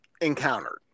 Encountered